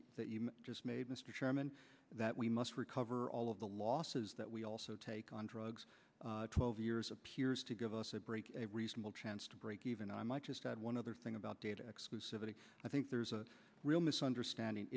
chairman that we must recover all of the losses that we also take on drugs twelve years appears to give us a break a reasonable chance to break even i might just add one other thing about data exclusivity i think there's a real misunderstanding